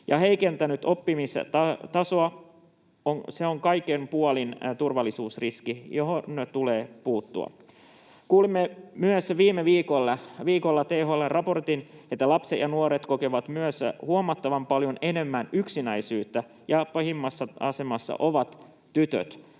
heikentänyt oppimistasoa. Se on kaikin puolin turvallisuusriski, johon tulee puuttua. Kuulimme myös viime viikolla THL:n raportista, että lapset ja nuoret kokevat myös huomattavan paljon enemmän yksinäisyyttä ja että pahimmassa asemassa ovat tytöt.